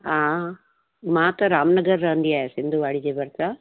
आं मां त रामनगर रहंदी आहियां सिंधूवाड़ी जे भरिसां